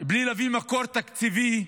בלי להביא מקור תקציבי,